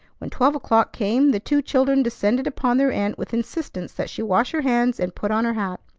when twelve o'clock came, the two children descended upon their aunt with insistence that she wash her hands and put on her hat.